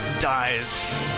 dies